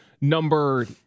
number